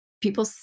people